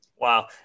Wow